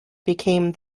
became